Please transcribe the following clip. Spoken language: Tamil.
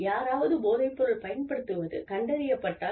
யாராவது போதைப்பொருள் பயன்படுத்துவது கண்டறியப்பட்டால்